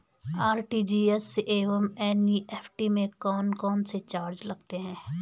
RTGS एवं NEFT में कौन कौनसे चार्ज लगते हैं?